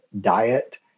diet